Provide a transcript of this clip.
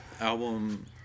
album